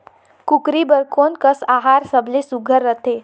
कूकरी बर कोन कस आहार सबले सुघ्घर रथे?